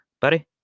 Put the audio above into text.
Buddy